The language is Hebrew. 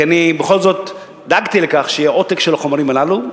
כי אני בכל זאת דאגתי לכך שיהיה עותק של החומרים הללו,